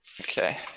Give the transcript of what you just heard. Okay